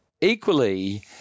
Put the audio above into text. equally